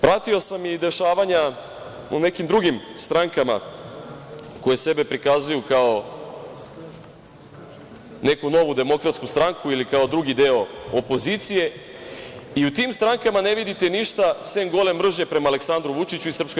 Pratio sam i dešavanja u nekim drugim strankama koje sebe prikazuju kao neku novu demokratsku stranku ili kao drugi deo opozicije i u tim strankama ne vidite ništa sem gole mržnje prema Aleksandru Vučiću i SNS.